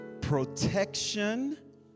protection